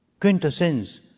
quintessence